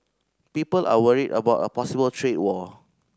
people are worried about a possible trade war